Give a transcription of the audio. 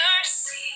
mercy